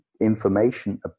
information